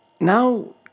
Now